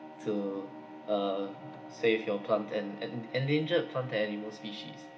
to uh save your plant and and endangered plant animal species